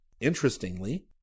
Interestingly